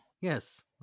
Yes